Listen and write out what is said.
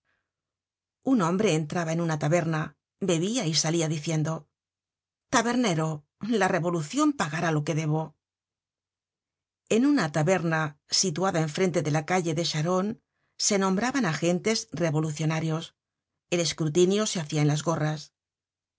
un hombre entraba en una taberna bebia y salia diciendo ta bernero la revolucion pagará loque debo en una taberna situada en frente de la calle charonne se nombraban agentes revolucionarios el escrutinio se hacia en las gorras